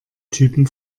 typen